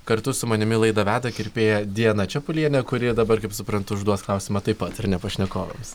kartu su manimi laidą veda kirpėja diana čepulienė kuri dabar kaip suprantu užduos klausimą taip pat ar ne pašnekovams